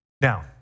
Now